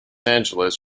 angeles